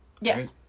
Yes